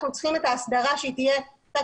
אנחנו צריכים את ההסדרה שתהיה קצת